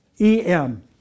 EM